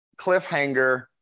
cliffhanger